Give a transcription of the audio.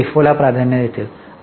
तर ते लिफो ला प्राधान्य देतील